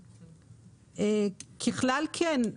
ככלל, כן.